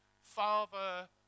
Father